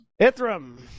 Ithram